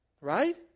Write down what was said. Right